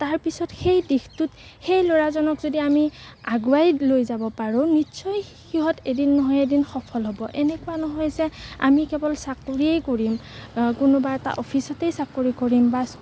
তাৰপিছত সেই দিশটোত সেই ল'ৰাজনক যদি আমি আগুৱাই লৈ যাব পাৰোঁ নিশ্চয় সিহঁত এদিন নহয় এদিন সফল হ'ব এনেকুৱা নহয় যে আমি কেৱল চাকৰিয়ে কৰিম কোনোবা এটা অফিচতেই চাকৰি কৰিম বা